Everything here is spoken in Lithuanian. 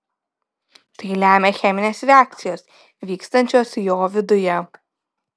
tai lemia cheminės reakcijos vykstančios jo viduje